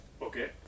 Okay